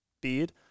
beard